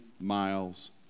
miles